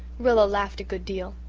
rilla laughed a good deal.